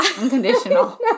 Unconditional